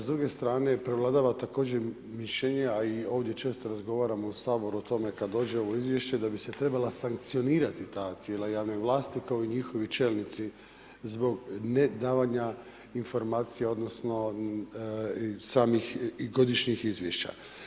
S druge strane, prevladava također mišljenje, a i ovdje često razgovaramo u Saboru o tome kad dođe ovo izvješće da bi se trebala sankcionirati ta tijela javne vlasti, kao i njihovi čelnici zbog ne davanja informacija odnosno samih godišnjih izvješća.